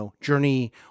journey